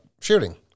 shooting